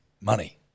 Money